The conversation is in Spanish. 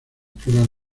pruebas